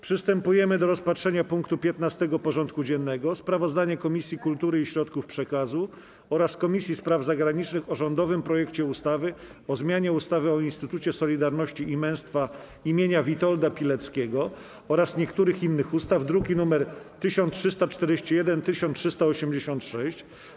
Przystępujemy do rozpatrzenia punktu 15. porządku dziennego: Sprawozdanie Komisji Kultury i Środków Przekazu oraz Komisji Spraw Zagranicznych o rządowym projekcie ustawy o zmianie ustawy o Instytucie Solidarności i Męstwa imienia Witolda Pileckiego oraz niektórych innych ustaw (druki nr 1341 i 1386)